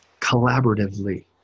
collaboratively